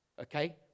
okay